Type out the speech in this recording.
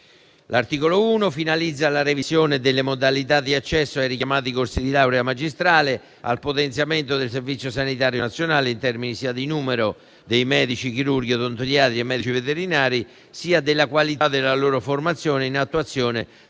L'articolo 1 finalizza la revisione delle modalità di accesso ai richiamati corsi di laurea magistrale al potenziamento del Servizio sanitario nazionale, in termini sia di numero dei medici chirurghi, odontoiatri e medici veterinari, sia della qualità della loro formazione, in attuazione